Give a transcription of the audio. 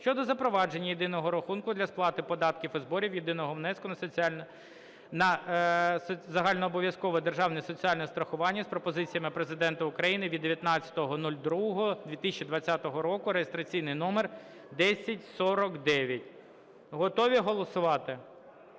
щодо запровадження єдиного рахунку для сплати податків і зборів, єдиного внеску на загальнообов'язкове державне соціальне страхування" з пропозиціями Президента України (від 19.02.2020 року) (реєстраційний номер 1049). Готові голосувати?